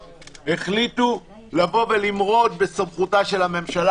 החליטו לבוא ולמרוד בסמכותה של הממשלה.